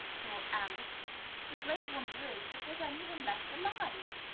thought alice the great wonder is that there's anyone left alive!